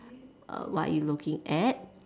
err what are you looking at